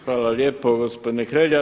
Hvala lijepo gospodine Hrelja.